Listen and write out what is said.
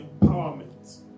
empowerment